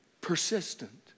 persistent